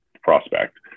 prospect